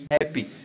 happy